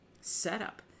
setup